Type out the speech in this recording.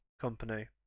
company